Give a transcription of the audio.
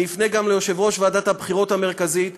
ואפנה גם אל יושב-ראש ועדת הבחירות המרכזית.